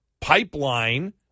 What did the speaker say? pipeline